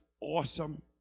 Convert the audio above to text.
awesome